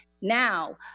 now